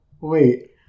wait